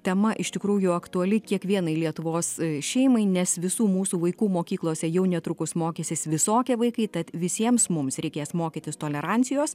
tema iš tikrųjų aktuali kiekvienai lietuvos šeimai nes visų mūsų vaikų mokyklose jau netrukus mokysis visokie vaikai tad visiems mums reikės mokytis tolerancijos